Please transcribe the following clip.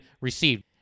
received